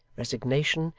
resignation,